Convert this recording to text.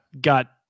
got